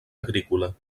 agrícola